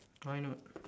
why not